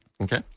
Okay